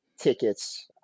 tickets